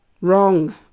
Wrong